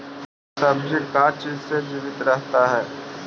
सब्जी का चीज से जीवित रहता है?